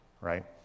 right